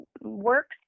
works